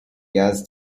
jazz